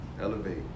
Elevate